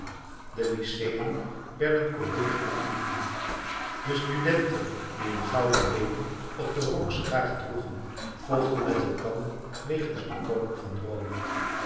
de lyceën werden collegiën genoemd de studenten die een gouden lelie op den rokskraag droegen vochten met elkander wegens den koning van rome